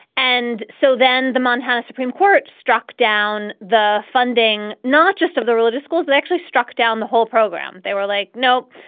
and so then the montana supreme court struck down the funding not just of the religious schools, but actually struck down the whole program. they were like, nope,